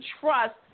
trust